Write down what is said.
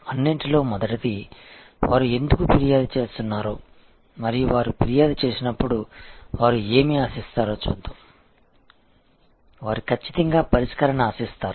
అన్నింటిలో మొదటిది వారు ఎందుకు ఫిర్యాదు చేస్తున్నారో మరియు వారు ఫిర్యాదు చేసినప్పుడు వారు ఏమి ఆశిస్తారో చూద్దాం వారు ఖచ్చితంగా పరిష్కారాన్ని ఆశిస్తారు